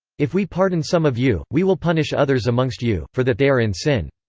if we pardon some of you, we will punish others amongst you, for that they are in sin.